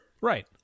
Right